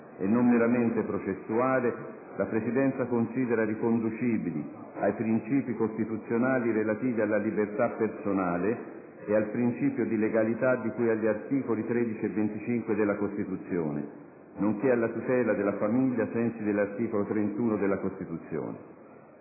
e non meramente processuale, la Presidenza considera riconducibili ai principi costituzionali relativi alla libertà personale e al principio di legalità di cui agli articoli 13 e 25 della Costituzione, nonché alla tutela della famiglia ai sensi dell'articolo 31 della Costituzione.